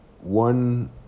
one